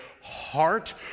heart